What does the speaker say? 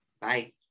Bye